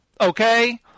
okay